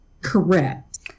correct